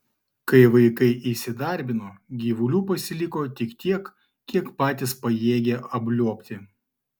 kai vaikai įsidarbino gyvulių pasiliko tik tiek kiek patys pajėgia apliuobti